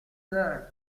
girl